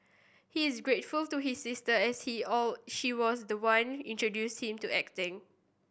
he is grateful to his sister as he or she was the one introduced him to acting